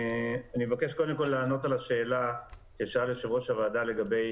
אני מבקש קודם כול לענות על השאלה ששאל יושב-ראש הוועדה לגבי